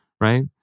right